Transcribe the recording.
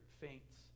faints